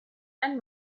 and